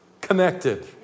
connected